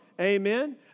Amen